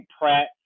Pratt